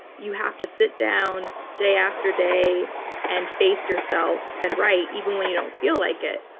you have to sit down day after day and face yourself and write even when you don't feel like it.